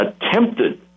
attempted